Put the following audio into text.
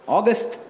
August